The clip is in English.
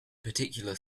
particular